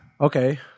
okay